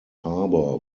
harbor